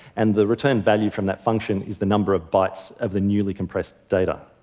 and the return value from that function is the number of bytes of the newly compressed data.